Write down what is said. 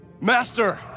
master